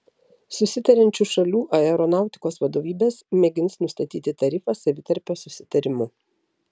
susitariančių šalių aeronautikos vadovybės mėgins nustatyti tarifą savitarpio susitarimu